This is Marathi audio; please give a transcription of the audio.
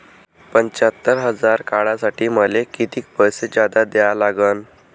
पंच्यात्तर हजार काढासाठी मले कितीक पैसे जादा द्या लागन?